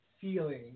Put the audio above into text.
feeling